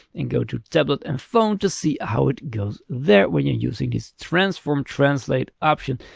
and go to tablet and phone to see how it goes there when you're using this transform translate option.